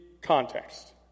context